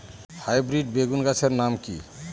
Hybrid বেগুন চারাগাছের নাম কি?